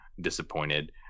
disappointed